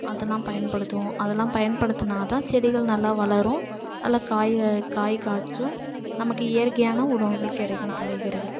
அதெல்லாம் பயன்படுத்துவோம் அதெல்லாம் பயன்படுத்துனால்தான் செடிகள் நல்லா வளரும் நல்ல காய்கள் காய் காய்ச்சும் நமக்கு இயற்கையான உணவுகள் கிடைக்கும் காய்கறிகள்